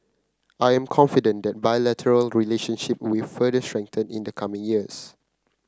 I am confident the bilateral relationship will further strengthen in the coming years